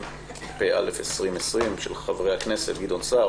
התשפ"א 2020 של חברי הכנסת גדעון סער,